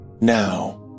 Now